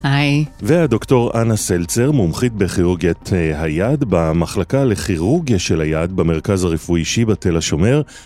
היי והדוקטור אנה סלצר מומחית בכירורגית היד במחלקה לכירוגיה של היד במרכז הרפואי שיבא תל השומר